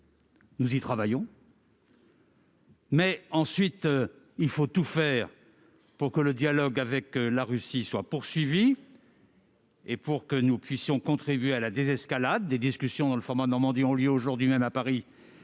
Nous y travaillons. Ensuite, il faut tout faire pour que le dialogue avec la Russie se poursuive, afin de contribuer à la désescalade. Des discussions dans le format Normandie ont lieu aujourd'hui même à Paris.